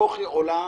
כוכי עולה